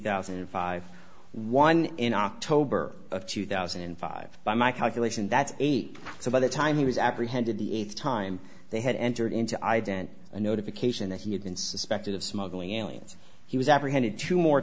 thousand and five one in october of two thousand and five by my calculation that's eight so by the time he was apprehended the eighth time they had entered into ident a notification that he had been suspected of smuggling aliens he was apprehended two more